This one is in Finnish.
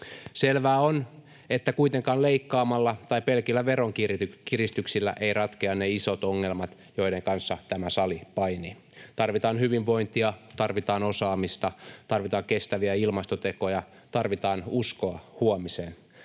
Selvää on, että kuitenkaan leikkaamalla tai pelkillä veronkiristyksillä eivät ratkea ne isot ongelmat, joiden kanssa tämä sali painii. Tarvitaan hyvinvointia, tarvitaan osaamista, tarvitaan kestäviä ilmastotekoja, tarvitaan uskoa huomiseen